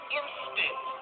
instant